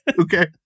okay